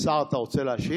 השר, אתה רוצה להשיב?